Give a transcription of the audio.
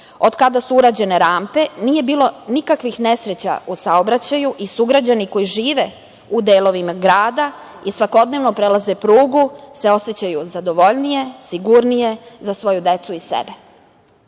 Od kada su urađene rampe, nije bilo nikakvih nesreća u saobraćaju i sugrađani koji žive u delovima grada i svakodnevno prelaze prugu se osećaju zadovoljnije, sigurnije, za svoju decu i